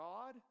God